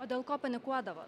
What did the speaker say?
o dėl ko panikuodavo